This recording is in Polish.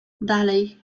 dalej